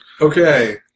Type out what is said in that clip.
Okay